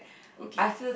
okay